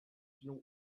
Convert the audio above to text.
know